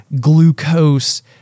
glucose